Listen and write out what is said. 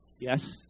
yes